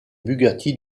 bugatti